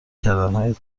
کردنهای